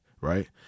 right